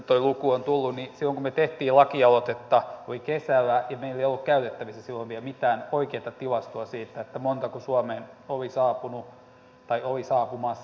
silloin kun me teimme lakialoitetta oli kesä ja meillä ei ollut käytettävissä silloin vielä mitään oikeata tilastoa siitä montako suomeen oli saapumassa